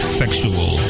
sexual